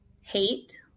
hate